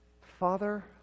Father